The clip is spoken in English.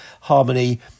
harmony